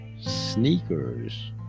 sneakers